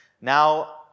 Now